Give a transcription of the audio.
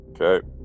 okay